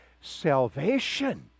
salvation